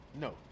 No